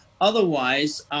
otherwise